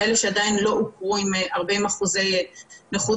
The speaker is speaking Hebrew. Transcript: כאלה שעדיין לא הוכרו עם 40 אחוזי נכות